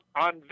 on